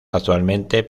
actualmente